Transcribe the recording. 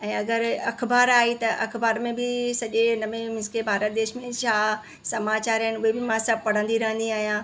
ऐं अगरि अख़बारु आहे त अख़बार में बि सॼे इन में मींस के भारत देश में छा समाचार आहिनि उहे बि मां सभु पढ़ंदी रहंदी आहियां